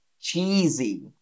cheesy